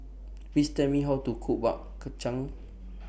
Please Tell Me How to Cook Bak Chang